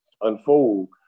unfold